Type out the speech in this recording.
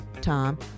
Tom